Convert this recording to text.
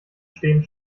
stehen